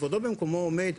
כבודו במקומו עומד,